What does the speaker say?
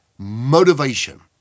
motivation